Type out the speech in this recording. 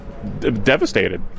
devastated